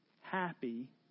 happy